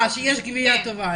כשיש גבייה טובה.